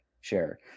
share